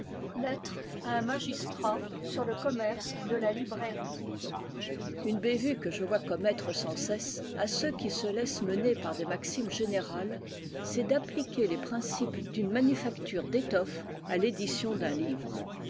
une bévue que je vois commettre sans cesse à ceux qui se laissent mener par des maximes générales c'est d'appliquer les principes d'une manufacture d'étoffe à l'édition d'un livre